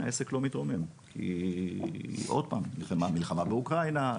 העסק לא מתרומם בשל המלחמה באוקראינה,